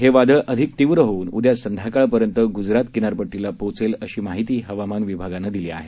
हे वादळ अधिक तीव्र होऊन उद्या संध्याकाळपर्यंत ग्जरात किनारपट्टीला पोचेल अशी माहिती हवामान विभागानं दिली आहे